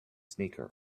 sneaker